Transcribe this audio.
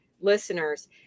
listeners